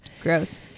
Gross